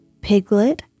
Piglet